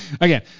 Again